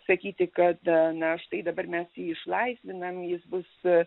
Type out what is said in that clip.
sakyti kad na štai dabar mes jį išlaisvinam jis bus